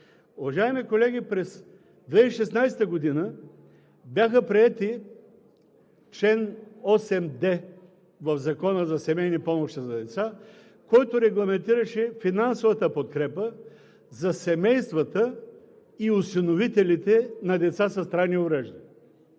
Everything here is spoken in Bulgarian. Уважаеми колеги, през 2016 г. бяха приети чл. 8д в Закона за семейни помощи за деца, който регламентираше финансовата подкрепа за семействата и осиновителите на деца с трайни увреждания.